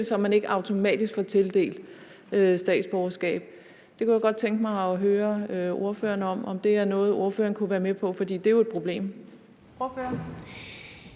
at man ikke automatisk bliver tildelt statsborgerskab. Der kunne jeg godt tænke mig at høre ordføreren, om det er noget, ordføreren kunne være med på, for det er jo et problem.